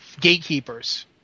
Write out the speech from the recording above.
gatekeepers